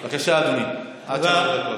בבקשה, אדוני, שלוש דקות.